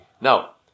Now